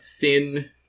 thin